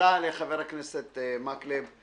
הכנסת מקלב.